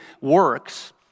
works